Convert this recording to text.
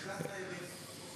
תחזקנה ידיך.